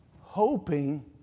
hoping